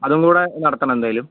അതും കൂടെ നടത്തണം എന്തായാലും